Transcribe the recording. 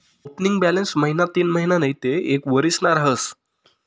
opening balance महिना तीनमहिना नैते एक वरीसना रहास